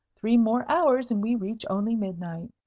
three more hours, and we reach only midnight.